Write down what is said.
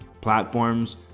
platforms